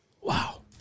Wow